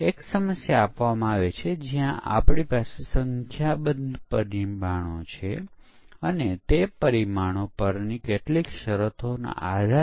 અને પ્રશ્ન એ છે કે કયા તબક્કામાં ચકાસણી પ્રવૃત્તિઓ હાથ ધરવામાં આવે છે